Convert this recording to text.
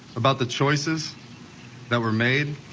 about the choices that were made.